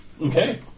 Okay